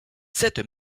cette